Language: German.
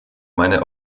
meine